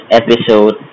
episode